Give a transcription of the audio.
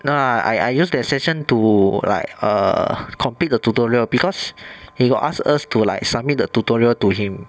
no lah I I use that session to like err complete the tutorial because he got ask us to like submit the tutorial to him